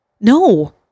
No